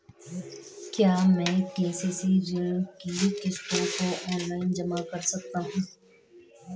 क्या मैं के.सी.सी ऋण की किश्तों को ऑनलाइन जमा कर सकता हूँ?